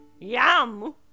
Yum